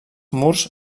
murs